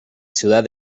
ciudad